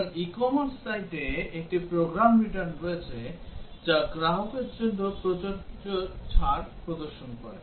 সুতরাং e commerce সাইটে একটি প্রোগ্রাম রিটার্ন রয়েছে যা গ্রাহকের জন্য প্রযোজ্য ছাড় প্রদর্শন করে